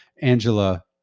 Angela